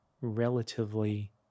relatively